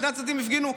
שני הצדדים הפגינו.